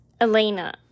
Elena